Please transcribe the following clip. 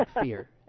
fear